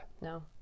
No